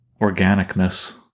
organicness